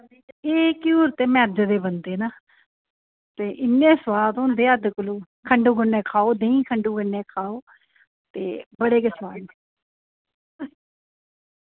एह् घ्यूर ते मैदे दे बनदे न ते इन्ने सोआद होंदे हद्द कोला खंडू कन्नै खाओ देहीं खंडू कन्नै खाओ ते बड़े गै